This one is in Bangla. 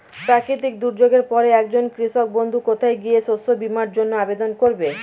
প্রাকৃতিক দুর্যোগের পরে একজন কৃষক বন্ধু কোথায় গিয়ে শস্য বীমার জন্য আবেদন করবে?